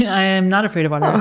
i am not afraid of and